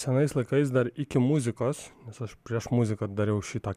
senais laikais dar iki muzikos nes aš prieš muziką dariau šį tą